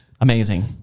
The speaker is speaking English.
amazing